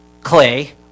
Clay